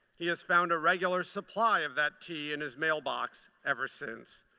he has found a regular supply of that tea in his mailbox ever since.